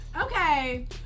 Okay